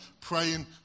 praying